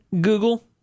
google